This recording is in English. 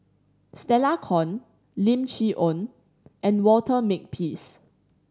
Stella Kon Lim Chee Onn and Walter Makepeace